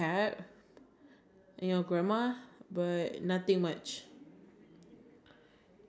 I don't I mean like uh I think back in the days you were thinner or lighter I think uh ya